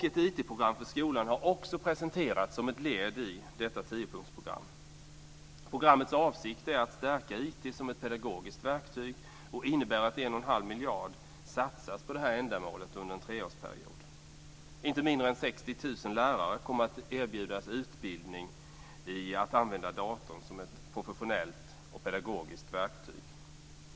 Ett IT-program för skolan har också presenterats som ett led i detta tiopunktsprogram. Programmets avsikt är att stärka IT som ett pedagogiskt verktyg, vilket innebär att 1,5 miljarder kronor satsas på detta ändamål under en treårsperiod. Inte mindre än 60 000 lärare kommer att erbjudas utbildning i att använda datorn som ett professionellt och pedagogiskt verktyg.